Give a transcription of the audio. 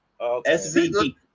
SVP